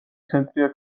ცენტრია